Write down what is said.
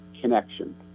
connection